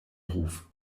ruf